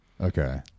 Okay